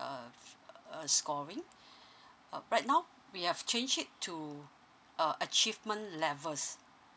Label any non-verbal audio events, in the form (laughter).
uh f~ uh scoring (breath) uh right now we have changed it to uh achievement levels